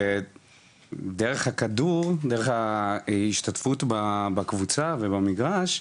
ודרך הכדור, דרך ההשתתפות בקבוצה, ובמגרש,